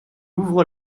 ouvre